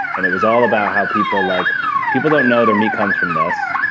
and it was all about how people like people don't know their meat comes from this,